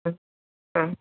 ആ ആ